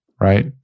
right